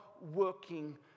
working